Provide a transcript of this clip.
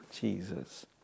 Jesus